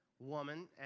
Woman